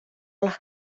las